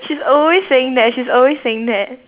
she's always saying that she's always saying that